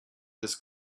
this